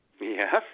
Yes